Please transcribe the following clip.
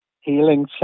healing